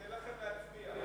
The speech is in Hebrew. אני נותן לכם להצביע.